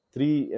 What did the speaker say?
Three